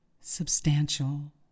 substantial